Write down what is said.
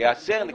שייאסר לקל